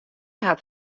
hat